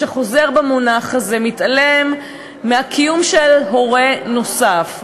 החוזר במונח הזה מתעלם מהקיום של הורה נוסף,